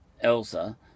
Elsa